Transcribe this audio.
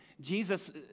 Jesus